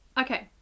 Okay